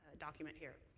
document here.